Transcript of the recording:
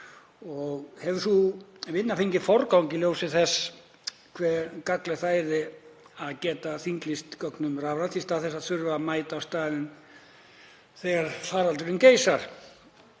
Hefur sú vinna fengið forgang í ljósi þess hve gagnlegt það yrði að geta þinglýst gögnum rafrænt í stað þess að þurfa að mæta á staðinn þegar faraldurinn geisar?